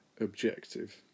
objective